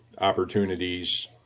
opportunities